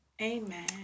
Amen